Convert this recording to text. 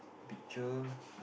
picture